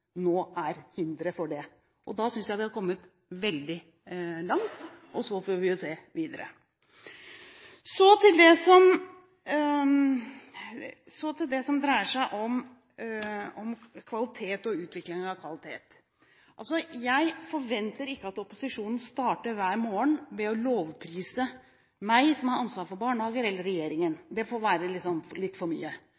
nå er til hinder for det. Da synes jeg vi har kommet veldig langt, og så får vi se videre. Så til det som dreier seg om kvalitet og utvikling av kvalitet. Jeg forventer ikke at opposisjonen starter hver morgen med å lovprise meg, som har ansvar for barnehager, eller regjeringen